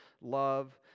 love